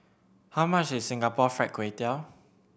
how much is Singapore Fried Kway Tiao